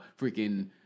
freaking